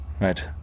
Right